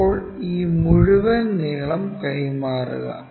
ഇപ്പോൾ ഈ മുഴുവൻ നീളം കൈമാറുക